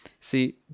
See